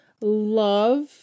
Love